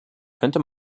könnte